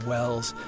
Wells